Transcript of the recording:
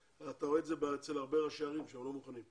אתה רואה את זה אצל הרבה ראשי ערים שהם גם לא מוכנים.